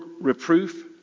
reproof